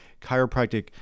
chiropractic